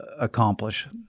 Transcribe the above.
accomplish